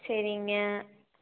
சரிங்க